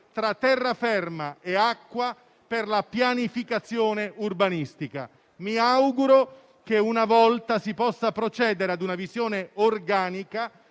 tra terraferma e acqua per la pianificazione urbanistica. Mi auguro che una volta si possa procedere a una visione organica